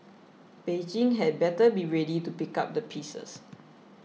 Beijing had better be ready to pick up the pieces